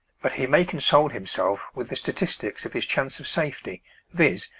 but he may console himself with the statistics of his chance of safety viz,